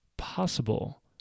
possible